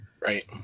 Right